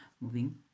moving